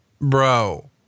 bro